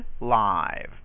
live